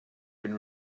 been